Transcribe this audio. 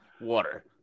water